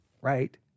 right